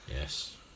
Yes